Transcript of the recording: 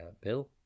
Bill